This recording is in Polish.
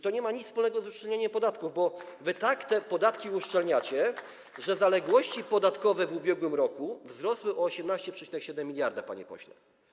To nie ma nic wspólnego z uszczelnieniem podatków, bo wy tak te podatki uszczelniacie, że zaległości podatkowe w ubiegłym roku wzrosły o 18,7 mld, panie pośle.